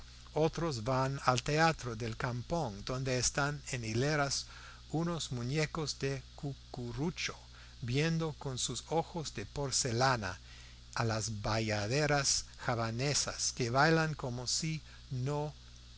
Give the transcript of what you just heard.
otros van al teatro del kampong donde están en hileras unos muñecos de cucurucho viendo con sus ojos de porcelana a las bayaderas javanesas que bailan como si no